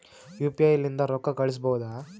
UPI ಲಿಂದ ರೊಕ್ಕ ಕಳಿಸಬಹುದಾ?